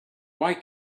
why